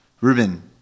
Ruben